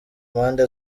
mpande